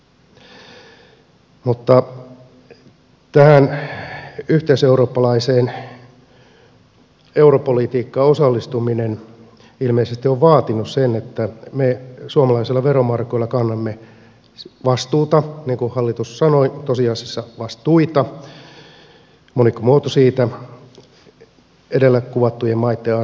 mutta tähän yhteiseurooppalaiseen europolitiikkaan osallistuminen ilmeisesti on vaatinut sen että me suomalaisilla veromarkoilla kannamme vastuuta niin kuin hallitus sanoi tosiasiassa vastuita monikkomuoto siitä edellä kuvattujen maitten asioista